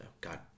God